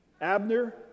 Abner